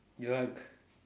!yuck!